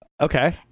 Okay